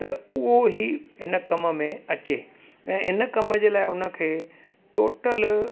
त उहो ई इन कम में अचे ऐं इन कम जे लाइ उन खे टोटल